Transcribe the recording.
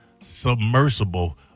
submersible